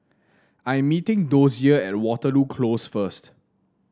I'm meeting Dozier at Waterloo Close first